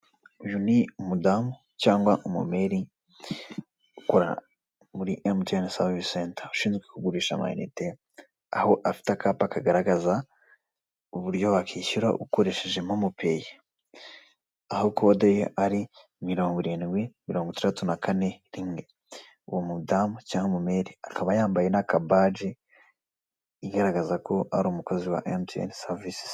Uyu ni umudamu cyangwa umumeri ukora muri emutiyeni savisi senta ushinzwe kugurisha amayinite, aho afite akapa kagaragaza uburyo wakwishyura ukoresheje momo peyi aho kode ye ari mirongo irindwi mirongo itaratu na kane rimwe, uwo mudamu cyangwa umumeri akaba yambaye n'akabage igaragaza ko ari umukozi wa emutiyeni savisi